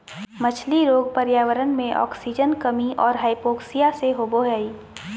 मछली रोग पर्यावरण मे आक्सीजन कमी और हाइपोक्सिया से होबे हइ